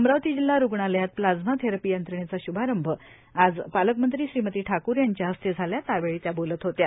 अमरावती जिल्हा रूग्णालयात plasma therapy यंत्रणेचा श्भारंभ आज पालकमंत्री श्रीमती ठाकूर यांच्या हस्ते झाला त्यावेळी त्या बोलत होत्या